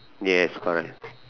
yes correct